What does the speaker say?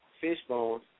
Fishbone